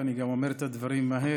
ואני גם אומר את הדברים מהר,